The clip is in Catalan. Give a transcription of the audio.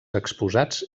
exposats